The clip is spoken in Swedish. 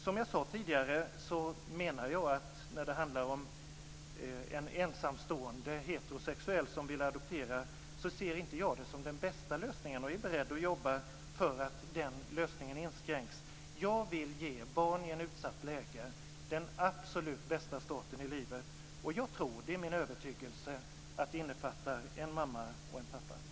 Som jag sade tidigare ser jag det inte som den bästa lösningen att en ensamstående heterosexuell adopterar, och jag är beredd att jobba för att den lösningen inskränks. Jag vill ge barn i ett utsatt läge den absolut bästa starten i livet. Jag tror - det är min övertygelse - att det innefattar en mamma och en pappa.